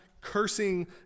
cursing